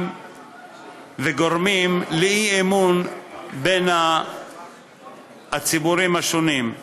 וגורמים לאי-אמון בין הציבורים השונים,